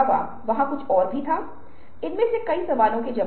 एक नमूना सवाल है